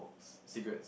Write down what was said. secrets